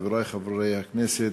חברי חברי הכנסת,